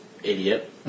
Idiot